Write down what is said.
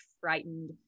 frightened